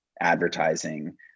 advertising